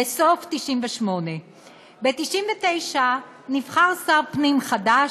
בסוף 1998. ב-1999 נבחר שר פנים חדש,